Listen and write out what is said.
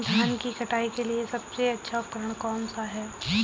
धान की कटाई के लिए सबसे अच्छा उपकरण कौन सा है?